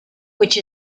which